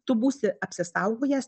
tu būsi apsisaugojęs